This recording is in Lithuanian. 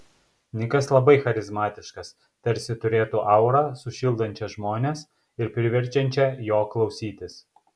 nikas labai charizmatiškas tarsi turėtų aurą sušildančią žmones ir priverčiančią jo klausytis